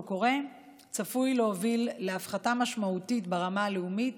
הקורא צפויים להוביל להפחתה משמעותית ברמה הלאומית